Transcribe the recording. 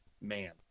Man